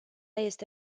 este